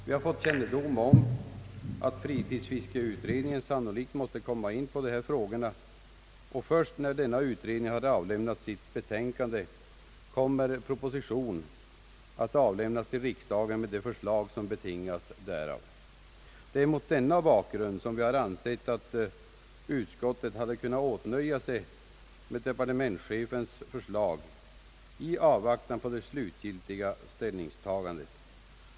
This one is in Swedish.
Vi har fått kännedom om att fritidsfiskeutredningen sannolikt måste komma in på dessa problem, och först när den har avlämnat sitt betänkande kommer proposition att föreläggas riksdagen med de förslag som betingas därav. Det är mot denna bakgrund vi har ansett att utskottet kunde åtnöjt sig med departementschefens förslag i avvaktan på det slutliga ställningstagandet.